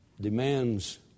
demands